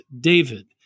David